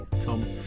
Tom